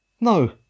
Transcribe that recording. No